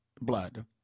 blood